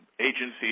agency